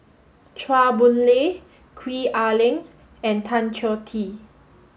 Chua Boon Lay Gwee Ah Leng and Tan Choh Tee